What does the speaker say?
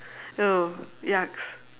!eww! yucks